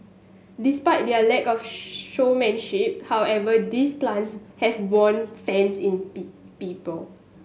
despite their lack of showmanship however these plants have won fans in be people